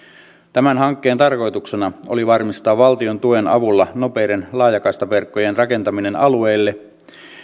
tämän hankkeen tarkoituksena oli varmistaa valtion tuen avulla nopeiden laajakaistaverkkojen rakentaminen alueille